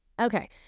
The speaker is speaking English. Okay